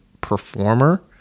performer